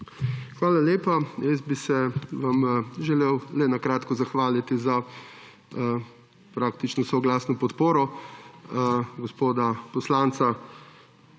Hvala lepa. Želel bi se vam le na kratko zahvaliti za praktično soglasno podporo. Z gospodom poslancem